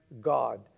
God